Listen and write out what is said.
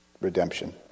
redemption